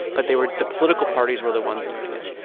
but they were the political parties were the ones doing it.